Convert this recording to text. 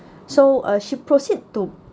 so uh she proceed to